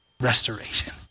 restoration